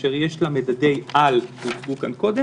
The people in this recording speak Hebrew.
הדבר השני,